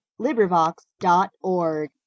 LibriVox.org